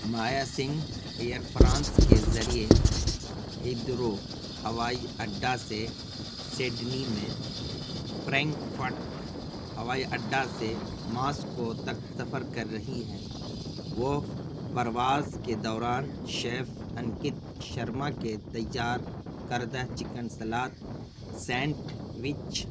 مایا Singh Air France کے ذریعہ Heathrow ہوائی اڈہ سے سیڈنی میں پرینکفٹ ہوائی اڈہ سے ماسکو تک سفر کر رہی ہیں وہ پرواز کے دوران شیف انکت شرما کے تیار کردہ چکن سلاد سینٹوچ